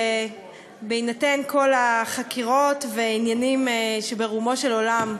בהינתן כל החקירות והעניינים שברומו של עולם.